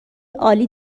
عالی